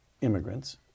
immigrants